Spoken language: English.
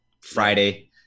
Friday